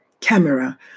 camera